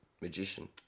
magician